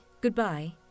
goodbye